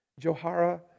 Johara